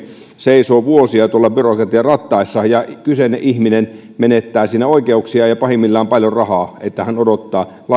seisoo vuosia tuolla byrokratian rattaissa ja kyseinen ihminen menettää siinä oikeuksiaan ja pahimmillaan paljon rahaa kun hän odottaa